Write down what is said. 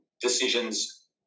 decisions